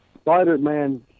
Spider-Man